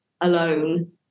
alone